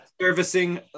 servicing